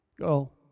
go